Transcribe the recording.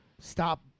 stop